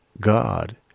God